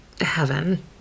heaven